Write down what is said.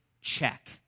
check